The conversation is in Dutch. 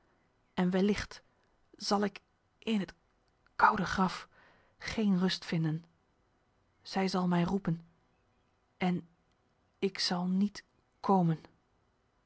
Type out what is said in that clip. en wellicht zal ik in het koude graf geen rust vinden zij zal mij roepen en ik zal niet komen